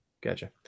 Gotcha